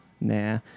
Nah